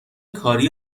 کاری